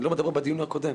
אני לא מדבר על הדיון הקודם.